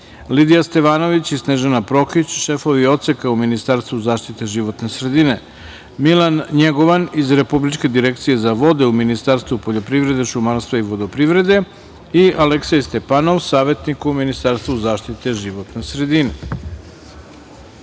Lidija Stevanović i Snežana Prokić, šefovi odseka u Ministarstvu zaštite životne sredine, Milan Njegovan, iz Republičke direkcije za vode u Ministarstvu poljoprivrede, šumarstva i vodoprivrede i Aleksej Stepanov, savetnik u Ministarstvu zaštite životne sredine. Molim